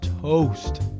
toast